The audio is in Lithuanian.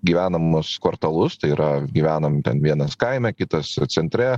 gyvenamus kvartalus tai yra gyvenam ten vienas kaime kitas centre